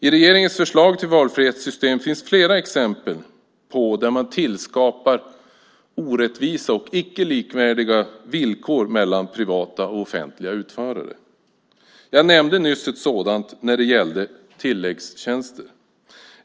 I regeringens förslag till valfrihetssystem finns flera exempel på att man skapar orättvisa och icke likvärdiga villkor mellan privata och offentliga utförare. Jag nämnde nyss ett sådant när det gällde tilläggstjänster.